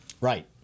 Right